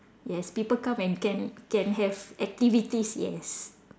yes people come and can can have activities yes